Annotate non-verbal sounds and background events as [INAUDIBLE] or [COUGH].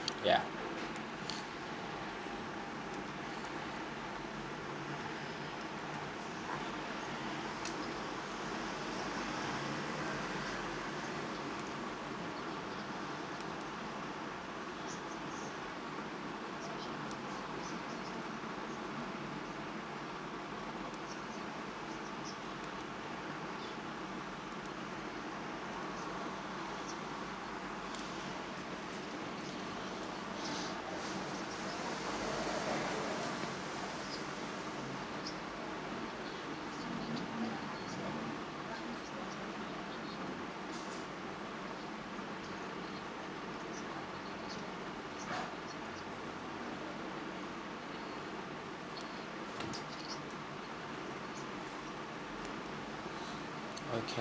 yeah [BREATH] okay